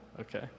Okay